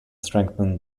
strengthened